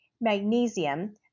magnesium